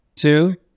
Two